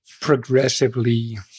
progressively